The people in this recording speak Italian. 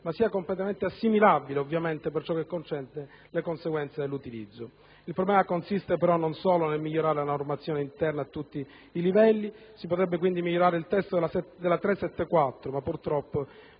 ma sia completamente assimilabile, ovviamente per ciò che concerne le conseguenze dell'utilizzo. Il problema consiste però non solo nel migliorare la normazione interna a tutti i livelli (si potrebbe quindi anche migliorare il testo della legge n.